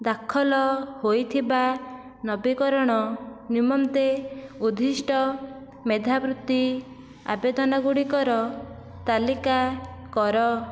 ଦାଖଲ ହୋଇଥିବା ନବୀକରଣ ନିମନ୍ତେ ଉଦ୍ଦିଷ୍ଟ ମେଧାବୃତ୍ତି ଆବେଦନ ଗୁଡ଼ିକର ତାଲିକା କର